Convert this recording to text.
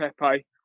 Pepe